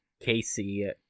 Casey